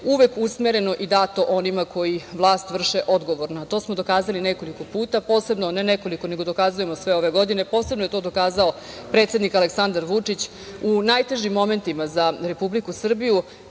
uvek usmereno i dato onima koji vlast vrše odgovorno, a to smo dokazali nekoliko puta. Posebno, ne nekoliko, nego dokazujemo sve ove godine, posebno je to dokazao predsednik Aleksandar Vučić u najtežim momentima za Republiku Srbiju. Videli